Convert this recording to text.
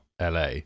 LA